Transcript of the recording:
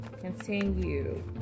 continue